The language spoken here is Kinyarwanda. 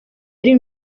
yari